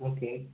okay